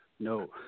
No